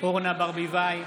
אורנה ברביבאי,